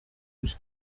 bye